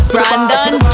Brandon